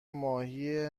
ماهی